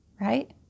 right